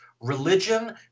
religion